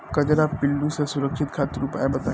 कजरा पिल्लू से सुरक्षा खातिर उपाय बताई?